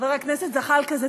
חבר הכנסת זחאלקה,